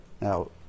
Now